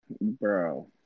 Bro